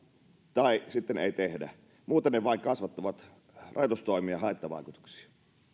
tai sitten ei tehdä muuten ne vain kasvattavat rajoitustoimien haittavaikutuksia